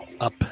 up